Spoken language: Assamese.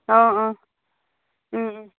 অঁ অঁ